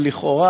שלכאורה,